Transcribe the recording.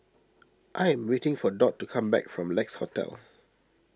I am waiting for Dot to come back from Lex Hotel